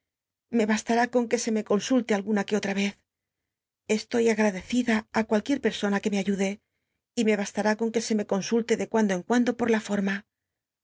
me baotar i con que se me consnlle alguna que otra cz estoy agradecida á cualquiera per sona c ue me ayude y me bastara con que se me consulte de cuando en cuando por la forma